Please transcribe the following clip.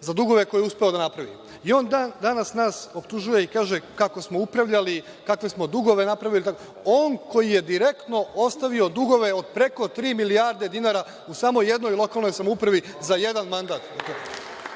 za dugove koje je uspeo da napravi. On danas nas optužuje i kaže kako smo upravljali, kakve smo dugove napravili. On koji je direktno ostavio dugove od preko tri milijarde dinara u samo jednoj lokalnoj samoupravi za jedan mandat.